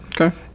Okay